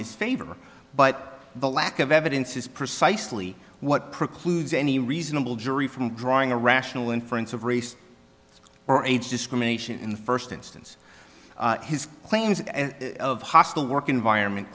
his favor but the lack of evidence is precisely what precludes any reasonable jury from drawing a rational inference of race or age discrimination in the first instance his claims of hostile work environment